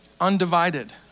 Undivided